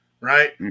Right